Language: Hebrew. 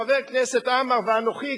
חבר הכנסת עמאר ואנוכי,